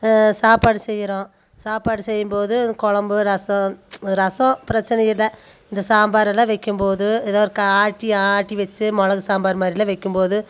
சாப்பாடு செய்கிறோம் சாப்பாடு செய்யும் போது குழம்பு ரசம் ரசம் பிரச்சனை இல்லை இந்த சாம்பார் எல்லாம் வைக்கும் போது எதோ ஒரு ஆட்டி ஆட்டி வச்சி மிளகு சாம்பார் மாதிரிலாம் வைக்கும் போது